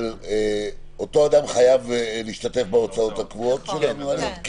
אבל אותו אדם חייב להשתתף בהוצאות הקבועות של המעלית?